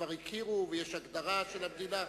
כבר הכירו, ויש הגדרה של המדינה,